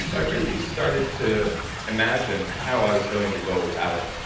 so i really started to imagine how i was going to go about